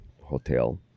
hotel